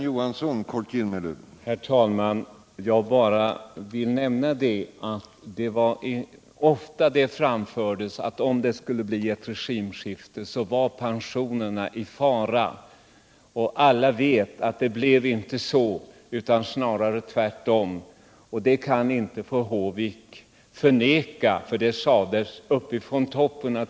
Herr talman! Jag ville bara nämna att det framfördes sådana påståenden att pensionerna skulle vara i fara om det blev ett regimskifte. Alla vet nu att det inte blev så — snarare tvärtom. Att detta framfördes kan inte fru Håvik förneka.